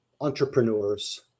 entrepreneurs